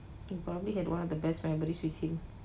you probably had one of the best memories with him